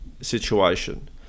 situation